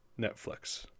Netflix